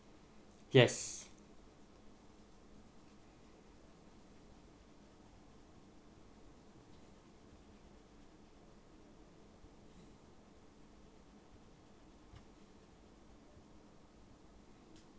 yes